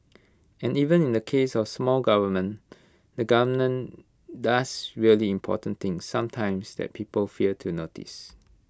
and even in the case of small government the government does really important things sometimes that people fail to notice